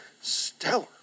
stellar